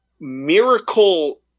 miracle